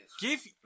Give